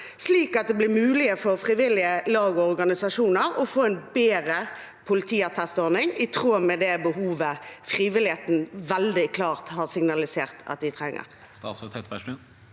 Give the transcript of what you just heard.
slik at det blir mulig for frivillige lag og organisasjoner å få en bedre politiattestordning, i tråd med det behovet frivilligheten veldig klart har signalisert at de trenger.